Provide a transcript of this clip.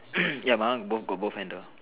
ya my one got both handle